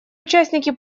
участники